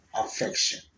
affection